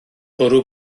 bwrw